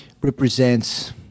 represents